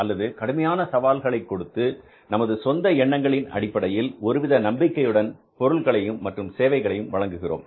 அல்லது கடுமையான சவால்களை கொடுத்து நமது சொந்த எண்ணங்களின் அடிப்படையில் ஒருவித நம்பிக்கையுடன் பொருள்களையும் மற்றும் சேவைகளையும் வழங்குகிறோம்